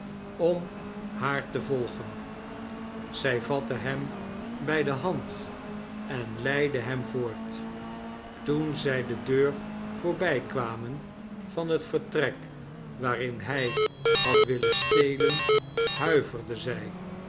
om haar te volgen zij vatte hem bij de hand en leidde hem voort toen zij de deur voorbijkwamen van het vertrek waarin hij had willen stelen huiverde zij